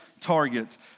target